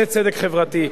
זה צדק חברתי.